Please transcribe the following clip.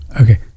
Okay